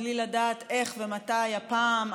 בלי לדעת איך ומתי הפעם,